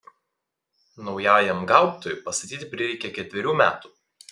naujajam gaubtui pastatyti prireikė ketverių metų